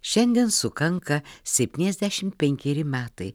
šiandien sukanka septyniasdešimt penkeri metai